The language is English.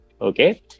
okay